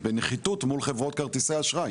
בנחיתות מול חברות כרטיסי האשראי.